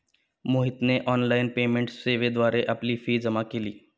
मोहितने online payment सेवेद्वारे आपली फी जमा केली